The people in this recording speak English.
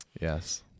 Yes